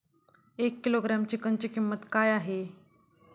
एक किलोग्रॅम चिकनची किंमत काय आहे?